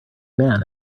man